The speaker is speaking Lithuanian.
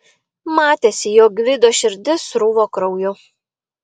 matėsi jog gvido širdis sruvo krauju